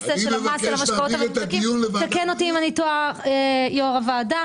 אני משאיר את זה כאן לכל מי שירצה לראות.